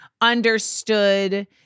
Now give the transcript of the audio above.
understood